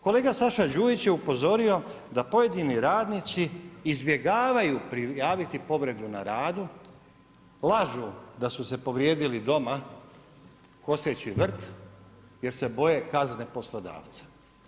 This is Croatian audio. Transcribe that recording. Kolega Saša Đujić je upozorio da pojedini radnici izbjegavaju prijaviti povredu na radu, lažu da su se povrijedili doma koseći vrt jer se boje kazne poslodavca.